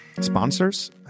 sponsors